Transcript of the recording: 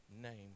name